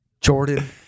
Jordan